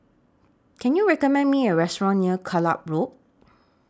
Can YOU recommend Me A Restaurant near Kellock Road